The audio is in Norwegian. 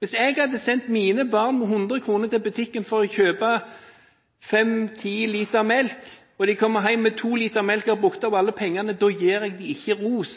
Hvis jeg hadde sendt mine barn til butikken med hundre kroner for å kjøpe 10 liter melk og de kommer hjem med 2 liter melk og har brukt opp alle pengene, gir jeg dem ikke ros.